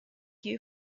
you